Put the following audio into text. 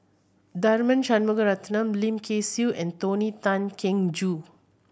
Tharman Shanmugaratnam Lim Kay Siu and Tony Tan Keng Joo